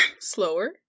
slower